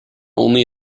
only